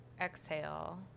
exhale